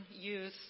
youth